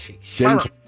James